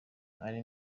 ari